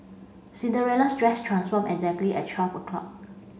cinderella's dress transformed exactly at twelve o''clock